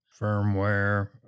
firmware